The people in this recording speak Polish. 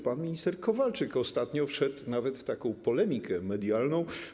Pan minister Kowalczyk ostatnio wszedł nawet w taką polemikę medialną.